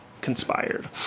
conspired